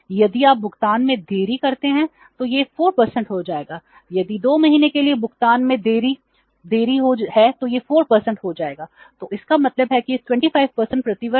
यदि आप भुगतान में देरी करते हैं तो यह 4 हो जाएगा यदि 2 महीने के लिए भुगतान में देरी हो जाती है तो यह 4 हो जाएगा तो इसका मतलब है कि यह 24 प्रति वर्ष है